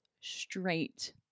straight